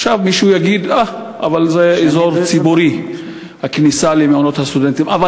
עכשיו מישהו יגיד: אבל הכניסה למעונות הסטודנטים זה אזור ציבורי.